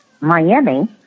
Miami